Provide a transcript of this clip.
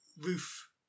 roof